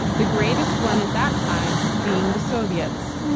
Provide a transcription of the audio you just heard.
the greatest one at that time being the soviets.